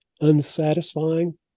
unsatisfying